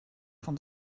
von